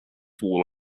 wall